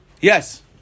Yes